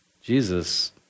Jesus